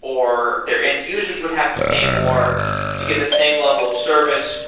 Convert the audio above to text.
or their end users would have to pay more to get the same level of service.